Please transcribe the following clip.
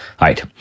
right